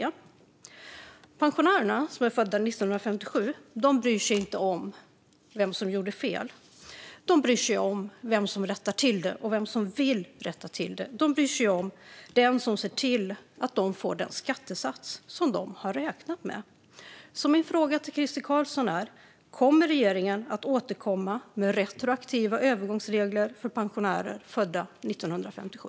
De pensionärer som är födda 1957 bryr sig inte om vem som gjorde fel, utan de bryr sig om vem som rättar till det och vem som vill rätta till det. De bryr sig om vem som ser till att de får den skattesats som de har räknat med. Min fråga till Crister Carlsson är: Kommer regeringen att återkomma med retroaktiva övergångsregler för pensionärer födda 1957?